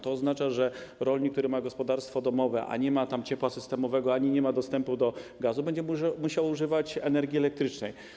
To oznacza, że rolnik, który ma gospodarstwo domowe, a nie ma tam ciepła systemowego ani nie ma dostępu do gazu, będzie musiał używać energii elektrycznej.